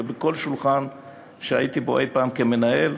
כל שולחן שהייתי בו אי-פעם מנהל,